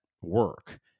work